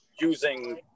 using